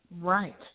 Right